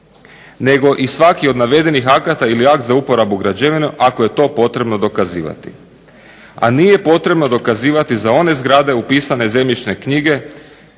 nego i svaki od navedenih akata ili akt za uporabu građevina ako je to potrebno dokazivati. A nije potrebno dokazivati za one zgrade upisane u zemljišne knjige